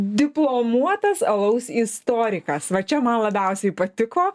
diplomuotas alaus istorikas va čia man labiausiai patiko